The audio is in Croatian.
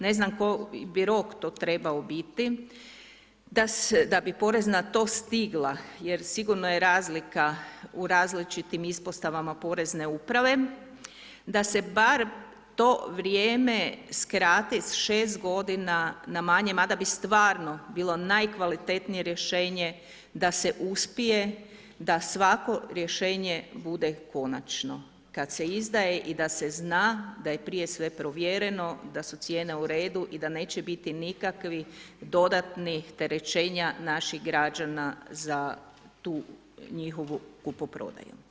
Ne znam koji bi rok to trebao biti, da bi Porezna to stigla jer sigurno je razlika u različitim ispostavama porezne uprave, da se bar to vrijeme skrati sa 6 godina na manje, mada bi stvarno bilo najkvalitetnije rješenje da se uspije da svako rješenje bude konačno kad se izdaje i da se zna da je prije sve provjereno, da su cijene u redu i da neće biti nikakvih dodatnih terećenja naših građana za tu njihovu kupoprodaju.